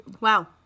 Wow